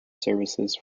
services